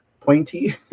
pointy